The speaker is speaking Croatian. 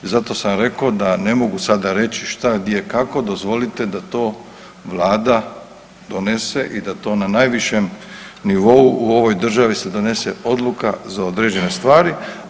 Zato sam rekao da ne mogu sada reći šta, gdje, kako dozvolite da to Vlada donese i da to na najvišem nivou u ovoj državi se donese odluka za određene stvari.